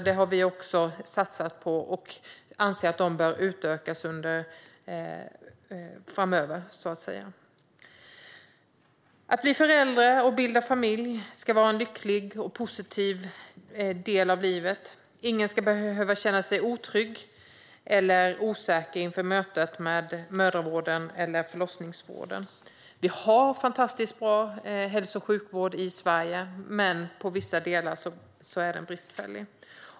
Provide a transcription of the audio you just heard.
Vi anser att antalet utbildningsplatser bör utökas framöver. Att bli förälder och bilda familj ska vara en lycklig och positiv del av livet. Ingen ska behöva känna sig otrygg eller osäker inför mötet med mödravården eller förlossningsvården. Vi har en fantastiskt bra hälso och sjukvård i Sverige, men i vissa delar är den bristfällig.